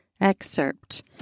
excerpt